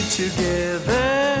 together